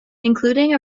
including